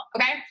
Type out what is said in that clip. okay